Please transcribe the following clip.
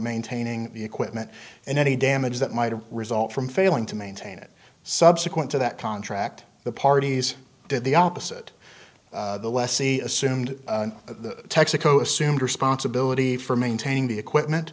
maintaining the equipment and any damage that might have result from failing to maintain it subsequent to that contract the parties did the opposite the lessee assumed the texaco assumed responsibility for maintaining the equipment